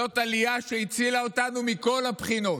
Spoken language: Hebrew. זאת עלייה שהצילה אותנו מכל הבחינות: